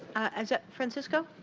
is that francisco?